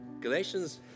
Galatians